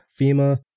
FEMA